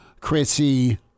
Chrissy